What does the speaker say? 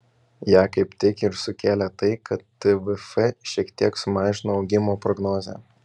ją kaip tik ir sukėlė tai kad tvf šiek tiek sumažino augimo prognozę